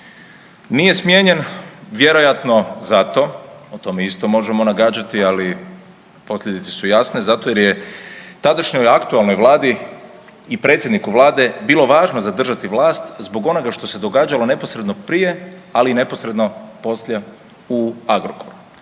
Nije smijenjen vjerojatno zato, o tome isto možemo nagađati, ali posljedice su jasne, zato jer je tadašnjoj aktualnoj Vladi i predsjedniku Vladu bilo važno zadržati vlast zbog onoga što se događalo neposredno prije ali i neposredno poslije u Agrokoru.